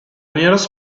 nearest